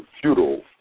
feudal